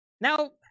Now